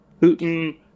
Putin